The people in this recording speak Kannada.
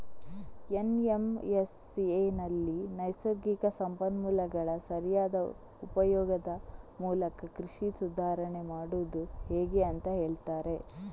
ಎನ್.ಎಂ.ಎಸ್.ಎನಲ್ಲಿ ನೈಸರ್ಗಿಕ ಸಂಪನ್ಮೂಲಗಳ ಸರಿಯಾದ ಉಪಯೋಗದ ಮೂಲಕ ಕೃಷಿ ಸುಧಾರಾಣೆ ಮಾಡುದು ಹೇಗೆ ಅಂತ ಹೇಳ್ತಾರೆ